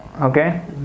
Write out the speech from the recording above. Okay